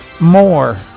more